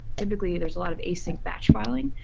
typically there's a lot of async batch filing,